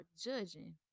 judging